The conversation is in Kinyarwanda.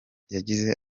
yagize